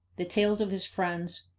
the tales of his friends,